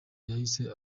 yahise